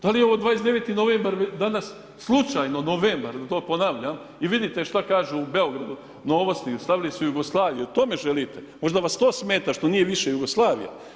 Da nije ovo 29. novembar dana slučajno novembar, da to ponavljam i vidite šta kažu u Beogradu, novosti stavili su Jugoslaviju to me želite, možda vas to smeta što nije više Jugoslavija.